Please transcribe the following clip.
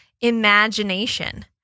imagination